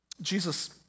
Jesus